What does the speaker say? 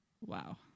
Wow